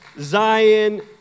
Zion